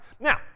Now